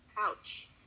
ouch